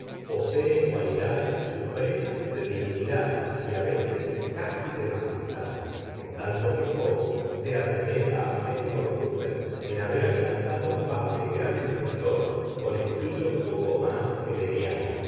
posee cualidades supremas de dignidad y a veces casi de majestad en tanto que poe se asemeja a fénimore cóoper en haber alcanzado fama de gran escritor con estilo poco más que mediano